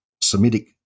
Semitic